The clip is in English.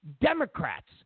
Democrats